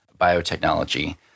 biotechnology